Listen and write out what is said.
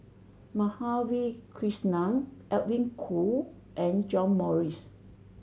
Madhavi Krishnan Edwin Koo and John Morrice